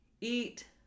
eat